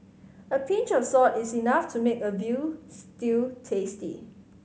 a pinch of salt is enough to make a veal stew tasty